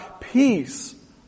peace